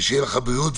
ושיהיה לך בריאות.